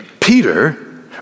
Peter